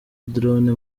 drone